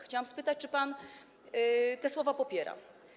Chciałam spytać, czy pan te słowa popiera.